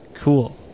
Cool